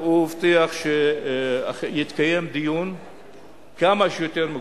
שהדיון שם נמרח,